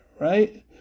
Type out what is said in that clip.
right